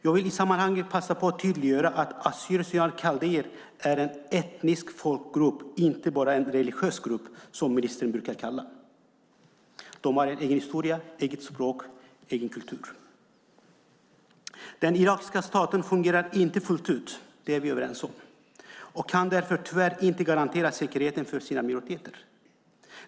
Jag vill i sammanhanget passa på att tydliggöra att assyrier kaldéer är en etnisk folkgrupp, inte bara en religiös grupp, som ministern brukar kalla den. De har en egen historia, eget språk, egen kultur. Den irakiska staten fungerar inte fullt ut, de är vi överens om, och kan därför tyvärr inte garantera säkerheten för sina minoriteter.